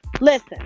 Listen